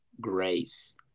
grace